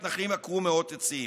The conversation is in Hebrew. באל-ג'וואיא ממתנחלים עקרו מאות עצים.